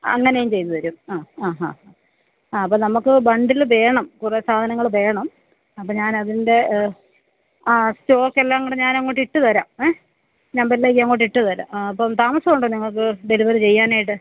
അങ്ങനേം ചെയ്ത് തരും ആ ആ ഹാ ആ അപ്പം നമുക്ക് ബണ്ടില് വേണം കുറെ സാധനങ്ങൾ വേണം അപ്പം ഞാൻ അതിന്റെ ആ സ്റ്റോക്കെല്ലാം കൂടെ ഞാനങ്ങോട്ടിട്ട് തരാം ഏ നമ്പരിലേക്ക് അങ്ങോട്ടിട്ട് തരാം ആ അപ്പം താമസമുണ്ടോ നിങ്ങൾക്ക് ഡെലിവറ് ചെയ്യാനായിട്ട്